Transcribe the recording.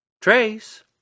Trace